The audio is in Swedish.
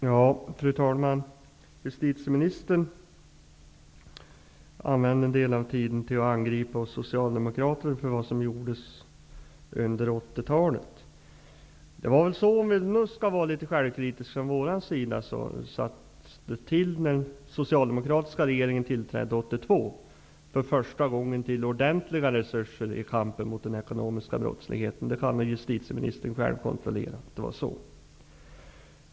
Fru talman! Justitieministern använde en del av tiden till att angripa oss socialdemokrater för vad som gjordes under 1980-talet. Om vi nu skall vara litet självkritiska, sattes det då den socialdemokratiska regeringen tillträdde 1982 för första gången till ordentliga resurser i kampen mot den ekonomiska brottsligheten. Att det var så kan justitieministern själv kontrollera.